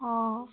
অঁ